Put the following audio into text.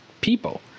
people